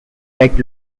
fact